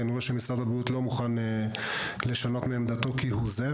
כי אני רואה שמשרד הבריאות לא מוכן לשנות מעמדתו כהוא זה,